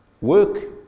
work